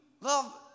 love